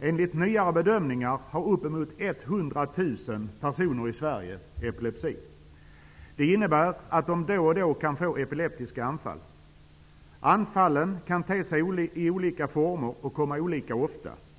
Enligt nyare bedömningar har upp emot 100 000 personer i Sverige epilepsi. Det innebär att de då och då kan få epileptiska anfall. Anfallen kan ta sig olika former och komma olika ofta.